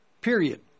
period